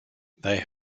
they